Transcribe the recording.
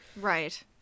Right